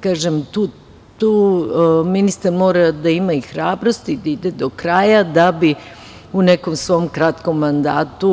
Kažem, tu ministar mora da ima i hrabrosti da ide do kraja, da bi u nekom svom kratkom mandatu